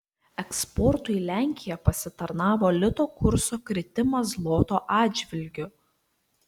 eksportui į lenkiją pasitarnavo lito kurso kritimas zloto atžvilgiu